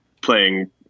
playing